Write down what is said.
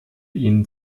ihn